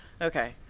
okay